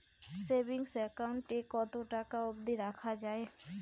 Savings account এ কতো টাকা অব্দি রাখা যায়?